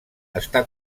està